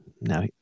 now